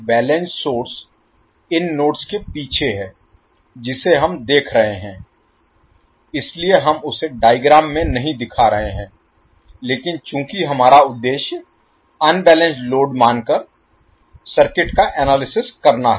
balanced source इन nodes के पीछे है जिसे हम देख रहे हैं इसलिए हम उसे डायग्राम में नहीं दिखा रहे हैं लेकिन चूंकि हमारा उद्देश्य अनबैलेंस्ड लोड मानकर सर्किट का एनालिसिस करना है